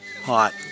hot